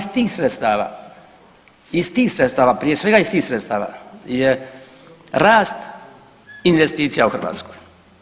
Pa iz tih sredstva, iz tih sredstava, prije svega iz tih sredstava je rast investicija u Hrvatskoj.